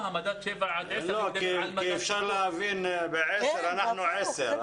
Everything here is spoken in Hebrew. היה אפשר להבין כאילו אנחנו עשר.